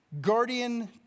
guardian